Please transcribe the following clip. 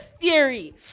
theory